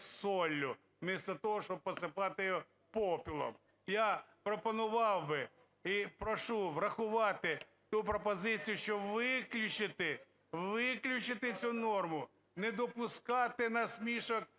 Я пропонував би і прошу врахувати ту пропозицію, що виключити, виключити цю норму, не допускати насмішок